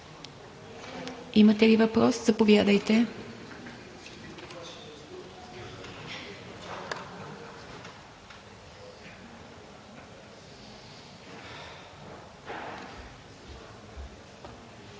имате ли въпрос? Заповядайте.